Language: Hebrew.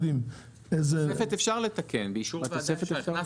תוספת אפשר לתקן באישור ועדת הכלכלה.